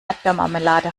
erdbeermarmelade